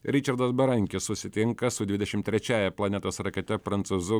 ričardas berankis susitinka su dvidešimt trečiąja planetos rakete prancūzu